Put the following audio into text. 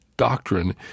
doctrine